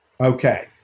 Okay